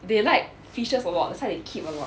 they like fishes a lot that's why they keep a lot